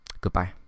goodbye